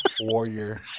warrior